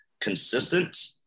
consistent